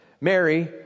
Mary